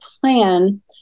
plan